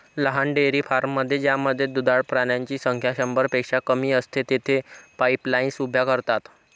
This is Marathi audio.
लहान डेअरी फार्ममध्ये ज्यामध्ये दुधाळ प्राण्यांची संख्या शंभरपेक्षा कमी असते, तेथे पाईपलाईन्स उभ्या करतात